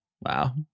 Wow